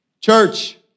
Church